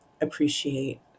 appreciate